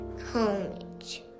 homage